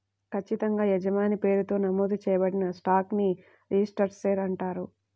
ఖచ్చితంగా యజమాని పేరుతో నమోదు చేయబడిన స్టాక్ ని రిజిస్టర్డ్ షేర్ అంటారు